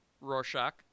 Rorschach